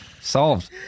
Solved